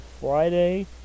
Friday